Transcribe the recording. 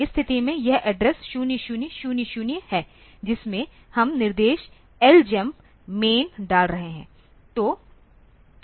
इस स्थिति में यह एड्रेस 0000 है जिसमें हम निर्देश LJMP मैन डाल रहे हैं